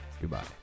Goodbye